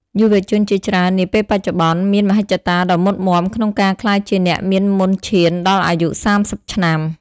យុវជនជាច្រើននាពេលបច្ចុប្បន្ន មានមហិច្ឆតាដ៏មុតមាំក្នុងការក្លាយជាអ្នកមានមុនឈានដល់អាយុ ៣០ ឆ្នាំ។